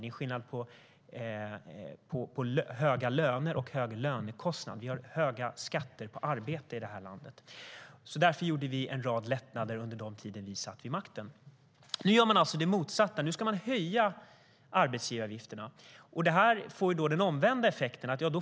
Det är skillnad på höga löner och hög lönekostnad. Vi har höga skatter på arbete i det här landet. Därför gjorde vi en rad lättnader under den tid vi satt vid makten. Nu gör man det motsatta. Nu ska man höja arbetsgivaravgifterna. Det får den omvända effekten.